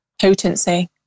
potency